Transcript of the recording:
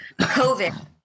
COVID